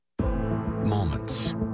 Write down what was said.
Moments